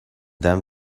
them